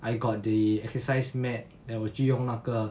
I got the exercise mat then 我就用那个